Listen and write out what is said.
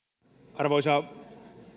arvoisa